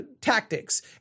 tactics